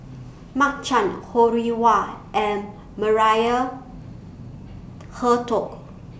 Mark Chan Ho Rih Hwa and Maria Hertogh